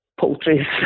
poultry